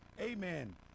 amen